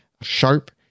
sharp